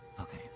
Okay